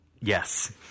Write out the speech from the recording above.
Yes